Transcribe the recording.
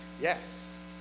Yes